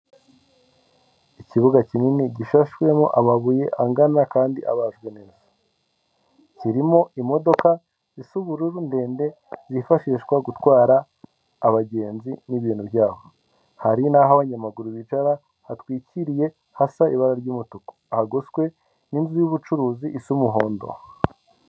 Ikibuga kinini gishashwemo amabuye angana kandi abajwe neza kirimo imodoka zisa ubururu ndende zifashishwa gutwara abagenzi n'ibintu byabo hari n'aho abanyamaguru bicara hatwikiriye hasa ibara ry'umutuku hagoswe n'inzu y'ubucuruzi isa umuhondo.